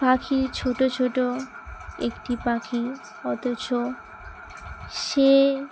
পাখি ছোটো ছোটো একটি পাখি অথচ সে